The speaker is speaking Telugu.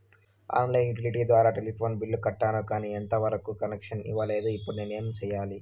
ఆన్ లైను యుటిలిటీ ద్వారా టెలిఫోన్ బిల్లు కట్టాను, కానీ ఎంత వరకు కనెక్షన్ ఇవ్వలేదు, ఇప్పుడు నేను ఏమి సెయ్యాలి?